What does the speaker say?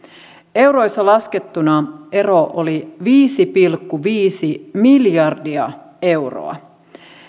euroissa laskettuna ero on viisi pilkku viisi miljardia euroa